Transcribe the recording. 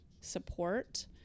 support